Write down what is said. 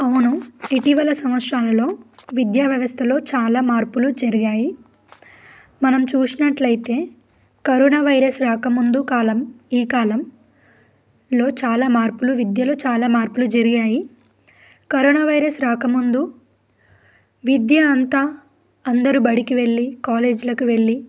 అవును ఇటీవల సంవత్సరంలో విద్యా వ్యవస్థలో చాలా మార్పులు జరిగాయి మనం చూసినట్లయితే కరోనా వైరస్ రాకముందు కాలం ఈ కాలంలో చాలా మార్పులు విద్యలో చాలా మార్పులు జరిగాయి కరోనా వైరస్ రాకముందు విద్య అంతా అందరూ బడికి వెళ్లి కాలేజీలకు వెళ్ళి